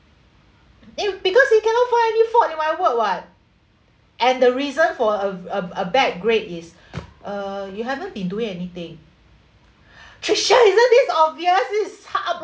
because he cannot find any fault with my work what and the reason for a a a bad grade is uh you haven't been doing anything trisha isn't this obvious this is sabotage